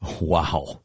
Wow